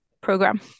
program